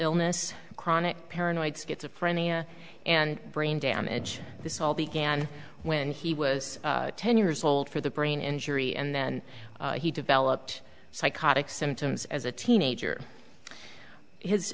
illness chronic paranoid schizophrenia and brain damage this all began when he was ten years old for the brain injury and then he developed psychotic symptoms as a teenager his